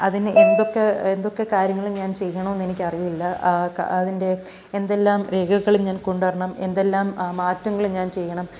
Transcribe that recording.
അതിന് എന്തൊക്കെ എന്തൊക്കെ കാര്യങ്ങൾ ഞാൻ ചെയ്യണമെന്ന് എനിക്ക് അറിയില്ല അതിൻ്റെ എന്തെല്ലാം രേഖകൾ ഞാൻ കൊണ്ടുവരണം എന്തെല്ലാം മാറ്റങ്ങൾ ഞാൻ ചെയ്യണം